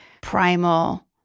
primal